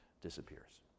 disappears